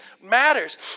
matters